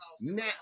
Now